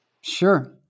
Sure